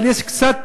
אבל יש קצת